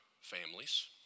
families